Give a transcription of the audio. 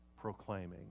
proclaiming